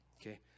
okay